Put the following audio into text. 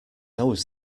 always